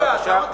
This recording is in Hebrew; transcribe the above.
בבקשה.